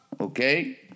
okay